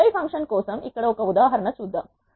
apply function కోసం ఇక్కడ ఒక ఉదాహరణ చూద్దాం